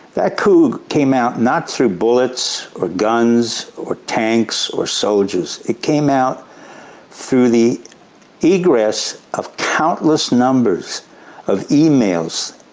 that coup came out, not through bullets or guns or tanks or soldiers it came out through the egress of countless numbers of emails,